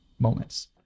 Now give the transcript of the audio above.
Moments